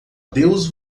deus